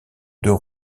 deux